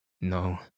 No